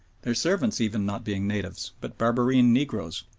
their servants even not being natives but berbereen negroes,